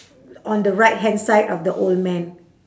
on the right hand side of the old man